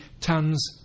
tons